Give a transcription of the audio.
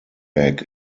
bag